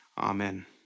Amen